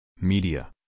Media